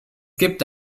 gibt